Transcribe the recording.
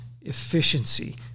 efficiency